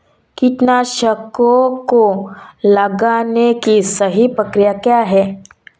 कीटनाशकों को लगाने की सही प्रक्रिया क्या है?